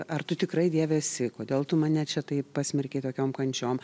ar tu tikrai dieve esi kodėl tu mane čia taip pasmerkei tokiom kančiom